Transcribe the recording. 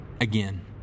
again